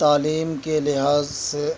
تعلیم کے لحاظ سے